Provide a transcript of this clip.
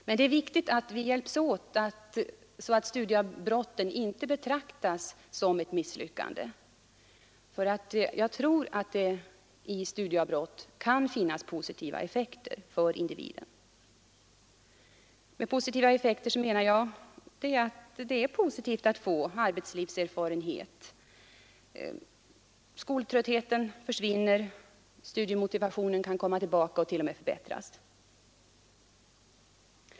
Men det är viktigt att vi hjälps åt så att studieavbrotten inte betraktas som ett misslyckande, för jag tror att det i studieavbrott kan finnas positiva effekter för individen. Med positiva effekter menar jag att det är positivt att få arbetslivserfarenhet — skoltröttheten försvinner, studiemotivationen kan komma tillbaka och t.o.m. förbättras.